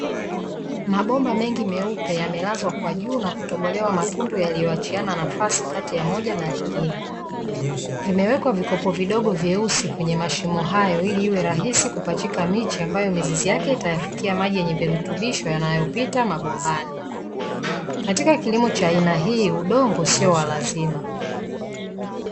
Mabomba mengi meupe yamelazwa kwa juu na kutobolewa matundu yaliyoachiana nafasi kati ya moja na lingine. Vimewekwa vikopo vidogo vyeusi kwenye mashimo hayo, ili iwe rahisi kupachika miche ambayo mizizi yake itayafikia maji yenye virutubisho yanayopita mabombani. Katika kilimo cha aina hii udongo sio wa lazima.